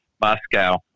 Moscow